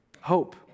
Hope